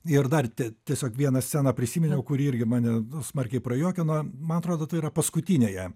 ir dar tiesiog vieną sceną prisiminiau kuri irgi mane smarkiai prajuokino man atrodo tai yra paskutinėje